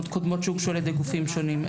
קודמות שהוגשו על ידי גופים שונים,